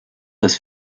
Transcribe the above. des